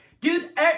Dude